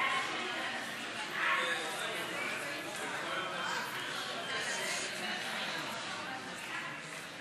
הצעת חוק הבוררות (תיקון מס' 4) (סמכות השיפוט בעניין הליכי בוררות),